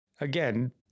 Again